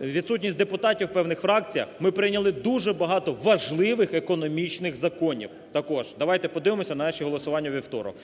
відсутність депутатів у певних фракціях, ми прийняли дуже багато важливих економічних законів також, давайте подивимося наші голосування у вівторок.